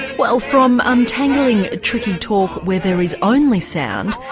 well from untangling ah tricky talk where there is only sound,